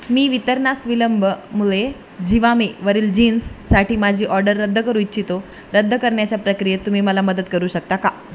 मी वितरणास विलंबमुळे जिवामीवरील जीन्ससाठी माझी ऑर्डर रद्द करू इच्छितो रद्द करण्च्या प्रक्रियेत तुम्ही मला मदत करू शकता का